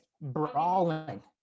brawling